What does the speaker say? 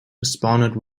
responded